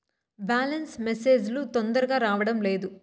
Balance message లు తొందరగా రావడం లేదు?